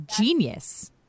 genius